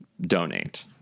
donate